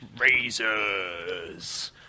razors